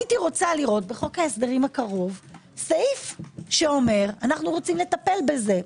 הייתי רוצה לראות בחוק ההסדרים הקרוב סעיף שאומר: אנו רוצים לטפל בזה.